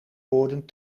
woorden